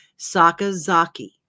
sakazaki